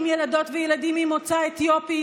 עם ילדות וילדים ממוצא אתיופי